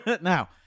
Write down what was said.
now